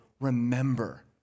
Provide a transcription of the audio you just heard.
remember